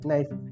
Nice